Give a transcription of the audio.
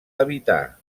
evitar